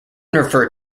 referred